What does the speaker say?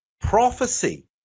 prophecy